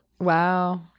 Wow